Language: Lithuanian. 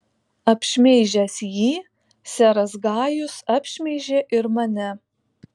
apšmeižęs jį seras gajus apšmeižė ir mane